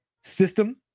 system